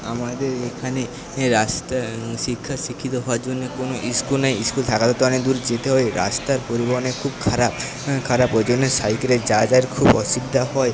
আমাদের এখানে রাস্তা শিক্ষায় শিক্ষিত হওয়ার জন্যে কোনো স্কুল নেই স্কুল থাকা তো অনেক দূর যেতে হয় রাস্তার পরিবহনের খুব খারাপ খারাপ ওই জন্য সাইকেলে যাওয়ার খুব অসুবিধা হয়